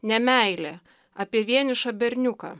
nemeilė apie vienišą berniuką